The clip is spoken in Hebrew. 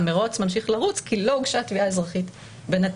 המרוץ ממשיך לרוץ כי לא הוגשה תביעה אזרחית בינתיים.